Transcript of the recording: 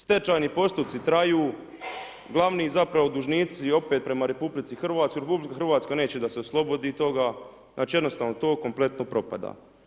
Stečajni postupci traju, glavni ... dužnici opet prema RH, RH neće da se oslobodi toga, znači jednostavno to kompletno propada.